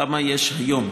כמה יש היום.